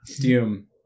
Doom